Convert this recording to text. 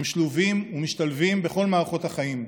הם שלובים ומשתלבים בכל מערכות החיים.